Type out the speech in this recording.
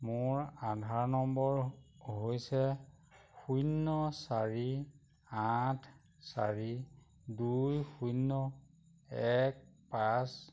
মোৰ আধাৰ নম্বৰ হৈছে শূন্য চাৰি আঠ চাৰি দুই শূন্য এক পাঁচ